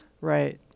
right